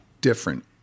different